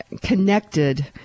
connected